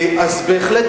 אז בהחלט,